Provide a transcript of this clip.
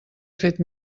fet